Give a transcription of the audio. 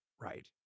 Right